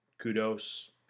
Kudos